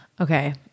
Okay